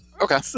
Okay